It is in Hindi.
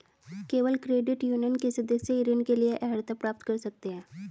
केवल क्रेडिट यूनियन के सदस्य ही ऋण के लिए अर्हता प्राप्त कर सकते हैं